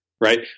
Right